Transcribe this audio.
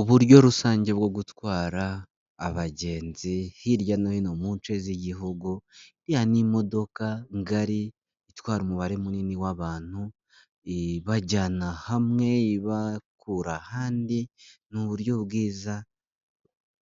Uburyo rusange bwo gutwara abagenzi, hirya no hino mu nce z'igihugu, iriya n'imodoka ngari, itwara umubare munini w'abantu, ibajyana hamwe, ibakura ahandi, ni uburyo bwiza,